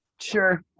sure